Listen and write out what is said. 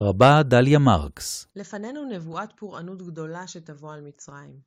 רבה דליה מרקס לפנינו נבואת פורענות גדולה שתבוא על מצרים.